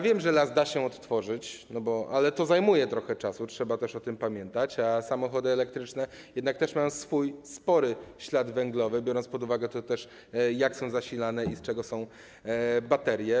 Wiem, że las da się odtworzyć, ale to zajmuje trochę czasu, trzeba też o tym pamiętać, a samochody elektryczne jednak też mają swój spory ślad węglowy, biorąc pod uwagę to, jak są zasilane i z czego wykonane są baterie.